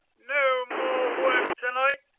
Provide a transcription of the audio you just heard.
no more work to-night.